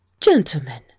Gentlemen